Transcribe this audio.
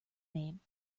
name